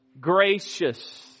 Gracious